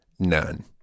None